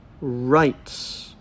rights